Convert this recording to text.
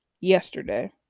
yesterday